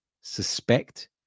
suspect